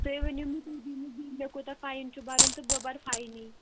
تُہۍ ؤنِو مےٚ تُہۍ دِیِو مےٚ مےٚ کوتہَہ چھُ فایِن بَرُن تہٕ بہٕ بَرٕ فَینٕے